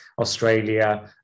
Australia